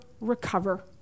recover